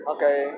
Okay